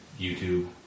YouTube